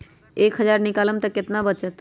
एक हज़ार निकालम त कितना वचत?